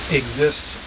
exists